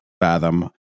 fathom